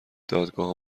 دادگاهها